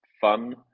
fun